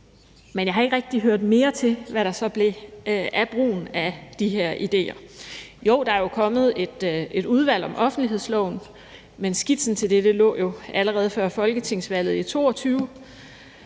men jeg har ikke rigtig hørt mere til, hvad der så blev af brugen af de her idéer. Jo, der er kommet et udvalg om offentlighedsloven, men skitsen til det lå der jo allerede før folketingsvalget i 2022,